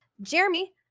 jeremy